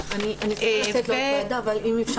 אני צריכה לצאת לעוד ועדה, אבל אם אפשר לבקש.